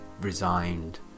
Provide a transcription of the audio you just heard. resigned